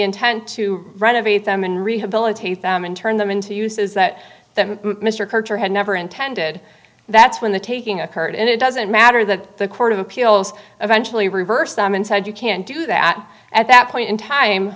intent to renovate them and rehabilitate them and turn them into uses that mr carter had never intended that's when the taking occurred and it doesn't matter that the court of appeals eventually reversed them and said you can't do that at that point in time